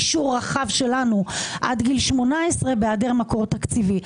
אישור רחב שלנו עד גיל 18 בהיעדר מקור תקציבי.